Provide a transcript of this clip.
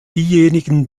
diejenigen